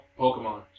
Pokemon